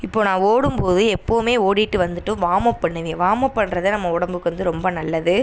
இப்போது நான் ஓடும்போது எப்போவுமே ஓடிட்டு வந்துட்டு வாமப் பண்ணுவேன் வாமப் பண்றதுதான் நம்ம உடம்புக்கு வந்து ரொம்ப நல்லது